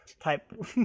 type